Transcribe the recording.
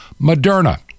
Moderna